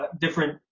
different